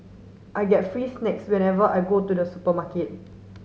I get free snacks whenever I go to the supermarket